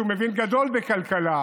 שהוא "מבין גדול בכלכלה",